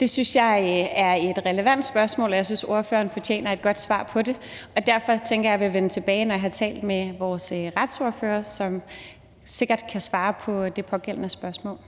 Det synes jeg er et relevant spørgsmål, og jeg synes, ordføreren fortjener et godt svar på det. Og derfor tænker jeg, at jeg vil vende tilbage, når jeg har talt med vores retsordfører, som sikkert kan svare på det pågældende spørgsmål.